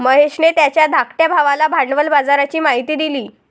महेशने त्याच्या धाकट्या भावाला भांडवल बाजाराची माहिती दिली